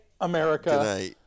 America